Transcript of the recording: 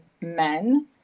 men